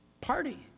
party